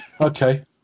Okay